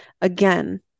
Again